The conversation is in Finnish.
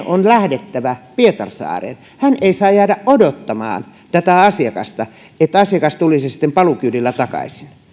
on lähdettävä pietarsaareen se ei saa jäädä odottamaan tätä asiakasta että asiakas tulisi sitten paluukyydillä takaisin